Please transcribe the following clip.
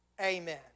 Amen